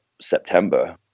september